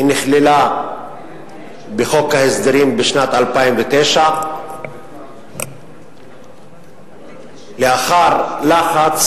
היא נכללה בחוק ההסדרים בשנת 2009. לאחר לחץ